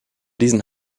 diesen